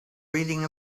reading